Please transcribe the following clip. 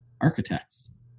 architects